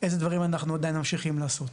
איזה דברים אנחנו עדיין ממשיכים לעשות.